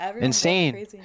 Insane